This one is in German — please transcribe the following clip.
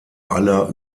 aller